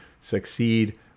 succeed